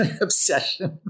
obsession